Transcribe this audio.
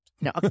No